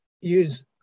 use